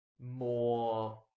more